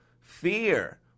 Fear